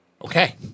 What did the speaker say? Okay